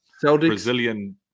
Brazilian